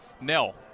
Nell